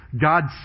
God